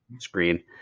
screen